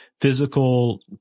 physical